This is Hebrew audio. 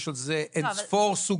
יש על זה אינספור סוגיות,